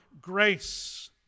grace